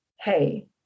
hey